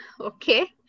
Okay